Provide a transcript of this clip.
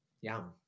Yum